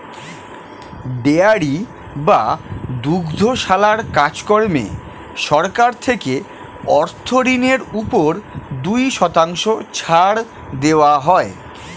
dairy বা দুগ্ধশালার কাজ কর্মে সরকার থেকে অর্থ ঋণের উপর দুই শতাংশ ছাড় দেওয়া হয়